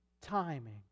timing